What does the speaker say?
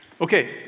Okay